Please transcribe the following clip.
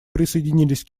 присоединились